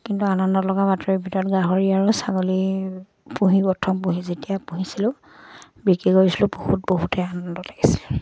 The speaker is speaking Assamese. কিন্তু আনন্দ লগা বাতৰি ভিতৰত গাহৰি আৰু ছাগলী পুহি প্ৰথম পুহি যেতিয়া পুহিছিলোঁ বিক্ৰী কৰিছিলোঁ বহুত বহুতে আনন্দ লাগিছিল